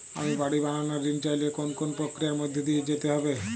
আমি বাড়ি বানানোর ঋণ চাইলে কোন কোন প্রক্রিয়ার মধ্যে দিয়ে যেতে হবে?